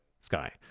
sky